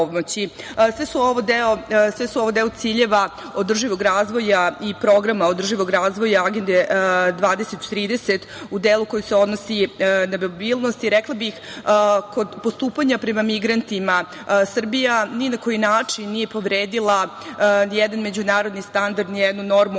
je ovo u cilju održivog razvoja i Programa održivog razvoja Agende 2030, u delu koji se odnosi na …Rekla bih, kod postupanja prema migrantima Srbija ni na koji način nije povredila jedan međunarodni standard, jednu normu